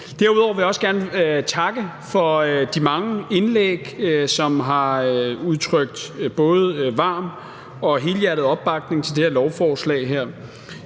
Derudover vil jeg også gerne takke for de mange indlæg, som har udtrykt både varm og helhjertet opbakning til det her lovforslag.